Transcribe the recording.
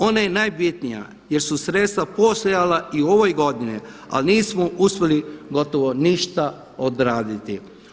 Ona je najbitnija jer su sredstva postojala i u ovoj godini ali nismo uspjeli gotovo ništa odraditi.